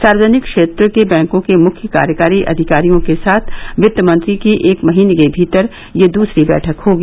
सार्वजनिक क्षेत्र के बैंकों के मुख्य कार्यकारी अधिकारियों के साथ वित्त मंत्री की एक महीने के भीतर यह दूसरी बैठक होगी